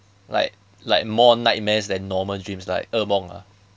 like like more nightmares than normal dreams like 恶梦 ah